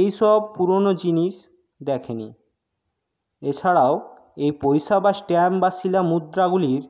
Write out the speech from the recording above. এই সব পুরোনো জিনিস দেখে নি এছাড়াও এই পইসা বা স্ট্যাম্প বা শিলা মুদ্রাগুলির